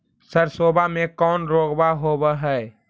सरसोबा मे कौन रोग्बा होबय है?